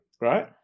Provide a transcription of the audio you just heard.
Right